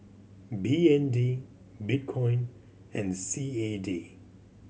B N D Bitcoin and C A D